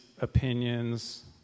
opinions